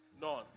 None